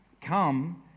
come